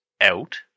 out